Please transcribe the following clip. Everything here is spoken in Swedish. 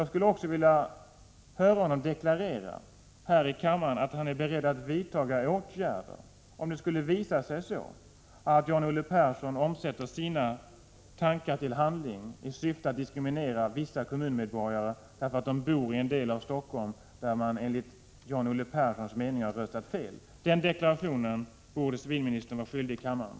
Jag skulle också vilja höra honom deklarera här i kammaren att han är beredd att vidta åtgärder om det skulle visa sig att John-Olle Persson omsätter sina tankar i handling i syfte att diskriminera vissa kommunmedborgare därför att de bor i en del av kommunen där man enligt John-Olle Perssons mening röstat fel. Den deklarationen borde civilministern vara skyldig kammaren.